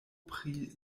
pri